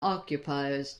occupiers